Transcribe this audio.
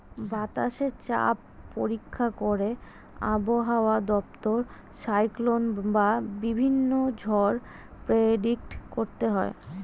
বাতাসে চাপ পরীক্ষা করে আবহাওয়া দপ্তর সাইক্লোন বা বিভিন্ন ঝড় প্রেডিক্ট করতে পারে